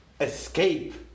escape